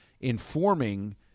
informing